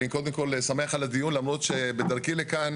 אני קודם כל שמח על הדיון למרות שבדרכי לכאן